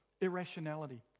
irrationality